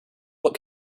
what